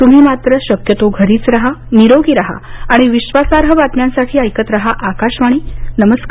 तुम्ही मात्र शक्यतो घरीच राहा निरोगी राहा आणि विश्वासार्ह बातम्यांसाठी ऐकत राहा आकाशवाणी नमस्कार